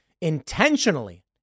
Intentionally